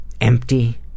empty